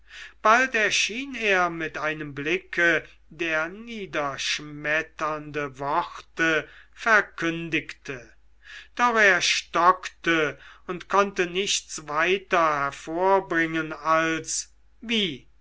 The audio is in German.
bald erschien er mit einem blicke der niederschmetternde worte verkündigte doch er stockte und konnte nichts weiter hervorbringen als wie